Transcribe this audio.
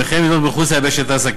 וכן מדינות מחוץ ליבשת אסיה,